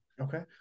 Okay